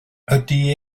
ydy